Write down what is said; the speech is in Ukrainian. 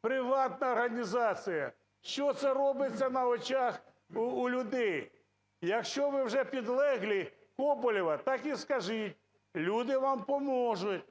приватна організація? Що це робиться на очах у людей? Якщо ви вже підлеглі Коболєва, так і скажіть, люди вам поможуть,